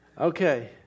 Okay